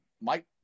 Mike